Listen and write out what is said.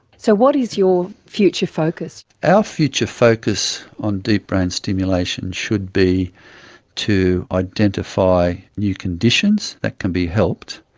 so what is your future focus? our future focus on deep brain stimulation should be to identify new conditions that can be helped,